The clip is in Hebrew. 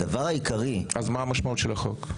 אם כן, מה המשמעות של החוק.